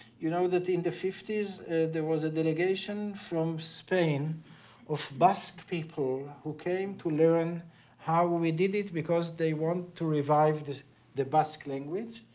you know that in the fifty s there was a delegation from spain of basque people who came to learn how we did it because they want to revive the the basque language.